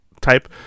type